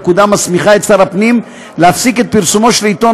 הפקודה מסמיכה את שר הפנים להפסיק את פרסומו של עיתון